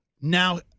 now